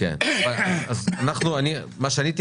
הוא משאיר אותך פה אבל עם התוכנית של סינגפור.